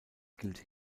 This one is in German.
gilt